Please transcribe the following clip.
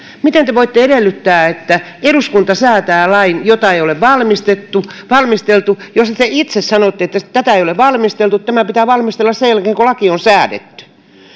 miten te voitte edellyttää että eduskunta säätää lain jota ei ole valmisteltu jos te te itse sanotte että tätä ei ole valmisteltu tämä pitää valmistella sen jälkeen kun laki on säädetty